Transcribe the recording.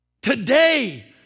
today